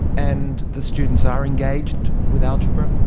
and the students are engaged with algebra?